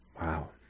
Wow